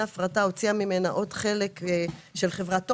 ההפרטה הוציאה ממנה עוד חלק של חברת "תומר".